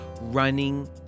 running